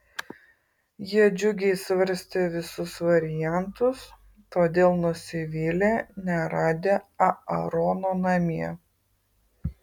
jie džiugiai svarstė visus variantus todėl nusivylė neradę aarono namie